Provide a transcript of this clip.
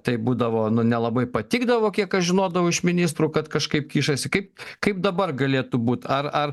tai būdavo nu nelabai patikdavo kiek aš žinodavau iš ministrų kad kažkaip kišasi kaip kaip dabar galėtų būt ar ar